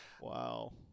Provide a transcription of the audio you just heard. Wow